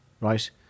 right